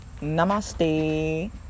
namaste